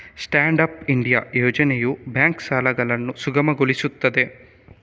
stand up India ಯೋಜನೆಯು bank ಸಾಲಗಳನ್ನು ಸುಗಮಗೊಳಿಸುತ್ತದೆ